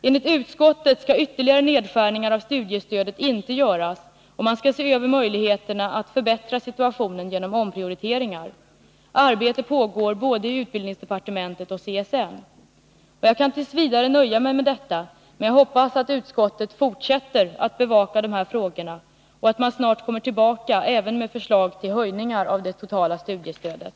Enligt utskottet skall ytterligare nedskärningar av studiestödet inte göras, utan man skall se över möjligheterna att förbättra situationen genom omprioriteringar. Arbetet pågår både i utbildningsdepartementet och i CSN. Jagkant. v. nöja mig med detta, men jag hoppas att utskottet fortsätter att bevaka de här frågorna och att man snart kommer tillbaka även med förslag till höjningar av det totala studiestödet.